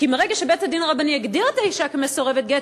כי מרגע שבית-הדין הרבני הגדיר את האישה כמסורבת גט,